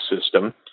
system